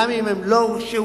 גם אם הם לא הורשעו.